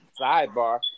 sidebar